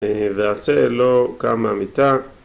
‫והעצל לא קם מהמיטה.